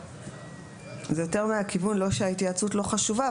זה לא שההתייעצות אינה חשובה,